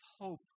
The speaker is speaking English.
hope